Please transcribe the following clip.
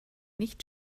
nicht